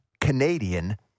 Canadian